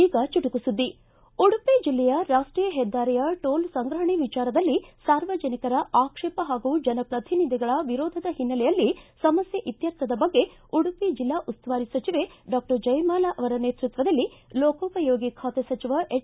ಈಗ ಚುಟುಕು ಸುದ್ದಿ ಉಡುಪಿ ಜಿಲ್ಲೆಯ ರಾಷ್ಷೀಯ ಹೆದ್ದಾರಿಯ ಟೋಲ್ ಸಂಗ್ರಹಣೆ ವಿಚಾರದಲ್ಲಿ ಸಾರ್ವಜನಿಕರ ಆಕ್ಷೇಪ ಹಾಗೂ ಜನಪ್ರತಿನಿಧಿಗಳ ವಿರೋಧದ ಹಿನ್ನೆಲೆ ಸಮಸ್ಥೆ ಇತ್ವರ್ಥದ ಬಗ್ಗೆ ಉಡುಪಿ ಜಿಲ್ಲಾ ಉಸ್ತುವಾರಿ ಸಚಿವೆ ಡಾಕ್ಷರ್ ಜಯಮಾಲ ಅವರ ನೇತೃತ್ವದಲ್ಲಿ ಲೋಕೋಪಯೋಗಿ ಖಾತೆ ಸಚಿವ ಎಚ್